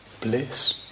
bliss